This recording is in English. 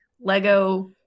Lego